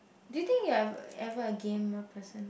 do you think you are ev~ ever a gamer person